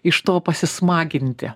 iš to pasismaginti